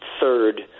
third